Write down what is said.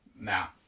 Now